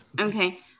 Okay